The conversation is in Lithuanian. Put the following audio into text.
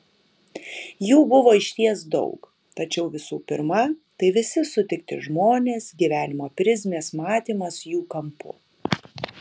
jų buvo išties daug tačiau visų pirma tai visi sutikti žmonės gyvenimo prizmės matymas jų kampu